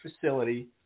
facility